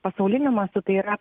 pasauliniu mastu tai yra